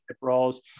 roles